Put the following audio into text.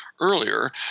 earlier